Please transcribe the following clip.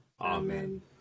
Amen